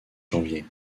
janvier